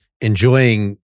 Enjoying